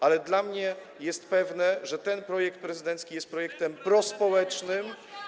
Ale dla mnie jest pewne, że ten projekt prezydencki jest projektem prospołecznym.